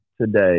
today